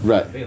Right